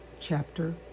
chapter